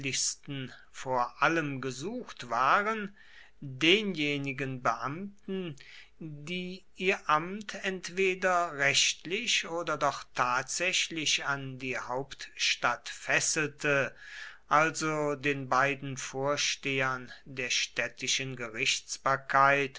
vor allem gesucht waren denjenigen beamten die ihr amt entweder rechtlich oder doch tatsächlich an die hauptstadt fesselte also den beiden vorstehern der städtischen gerichtsbarkeit